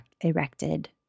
erected